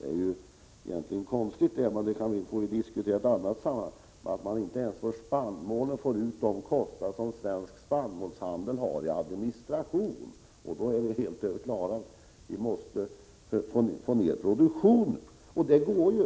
Det är egentligen konstigt att spannmålsförsäljningen inte ens täcker de administrationskostnader som Svensk Spannmålshandel har — men det får vi diskutera i ett annat sammanhang. Det är helt klart att vi måste få ned produktionen, och det är också möjligt.